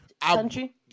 country